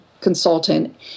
consultant